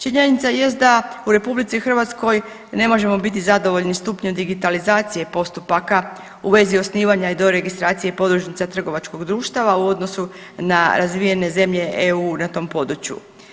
Činjenica jest da u RH ne možemo biti zadovoljni stupnjem digitalizacije postupaka u vezi osnivanja i doregistracije podružnica trgovačkih društava u odnosu na razvijene zemlje EU na tom području.